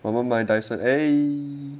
我们卖 Dyson eh